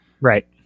Right